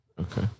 Okay